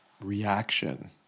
reaction